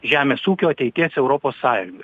žemės ūkio ateities europos sąjungoj